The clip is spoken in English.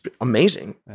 amazing